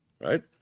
right